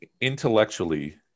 intellectually